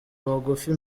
bugufi